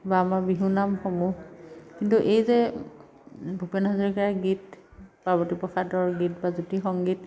বা আমাৰ বিহু নামসমূহ কিন্তু এই যে ভূপেন হাজৰিকাৰ গীত পাৰ্বতী প্ৰসাদৰ গীত বা জ্যোতি সংগীত